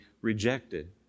rejected